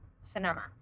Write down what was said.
Sonoma